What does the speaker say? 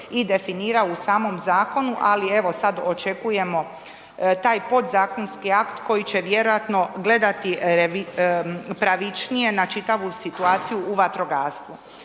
i definira u samom zakonu ali evo sad očekujemo taj podzakonski akt koji će vjerojatno gledati pravičnije na čitavu situaciju u vatrogastvu.